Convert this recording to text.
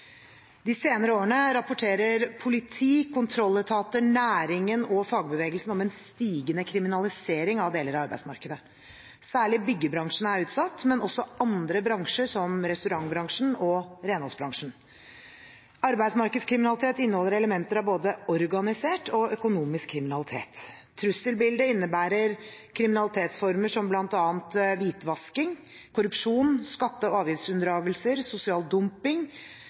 De senere årene rapporterer politi, kontrolletater, næringen og fagbevegelsen om en stigende kriminalisering av deler av arbeidsmarkedet. Særlig byggebransjen er utsatt, men også andre bransjer, som restaurantbransjen og renholdsbransjen. Arbeidsmarkedskriminalitet inneholder elementer av både organisert og økonomisk kriminalitet. Trusselbildet innebærer kriminalitetsformer som bl.a. hvitvasking, korrupsjon, skatte- og avgiftsunndragelser, sosial dumping,